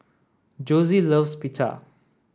Josie loves Pita